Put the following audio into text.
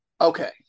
Okay